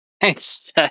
Thanks